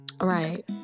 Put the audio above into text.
Right